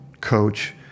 coach